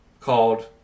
called